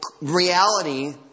reality